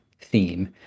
theme